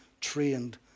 trained